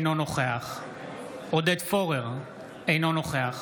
אינו נוכח עודד פורר, אינו נוכח